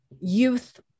youth